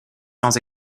sans